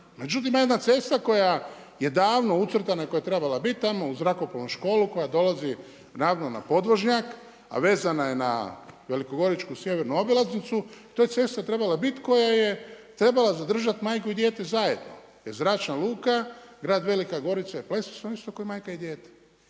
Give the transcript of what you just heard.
Međutim ima jedna cesta koja je davno ucrtana koja je trebala biti tamo uz zrakoplovnu školu koja dolazi ravno na podvožnjak, a vezana je na velikogoričku sjevernu obilaznicu, to je cesta trebala biti koja je trebala zadržati majku i dijete zajedno jer zračna luka, grad Velika Gorica i Pleso su vam isto ko majka i dijete,